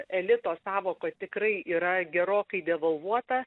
elito sąvoka tikrai yra gerokai devalvuota